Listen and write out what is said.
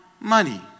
money